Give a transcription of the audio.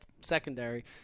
secondary